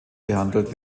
behandelt